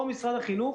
פה משרד החינוך